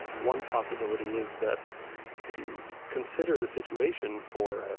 one possibility is that if you consider the situation for, ah